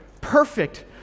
perfect